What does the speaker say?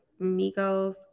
Migos